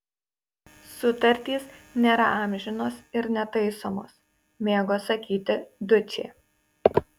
sutartys nėra amžinos ir netaisomos mėgo sakyti dučė